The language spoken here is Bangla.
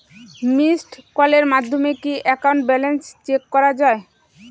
মিসড্ কলের মাধ্যমে কি একাউন্ট ব্যালেন্স চেক করা যায়?